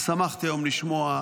אז שמחתי היום לשמוע,